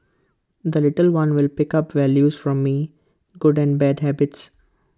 the little one will pick up values from me good and bad habits